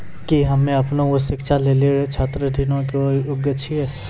कि हम्मे अपनो उच्च शिक्षा लेली छात्र ऋणो के योग्य छियै?